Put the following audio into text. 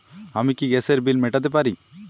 আমি কি গ্যাসের বিল মেটাতে পারি?